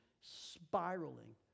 spiraling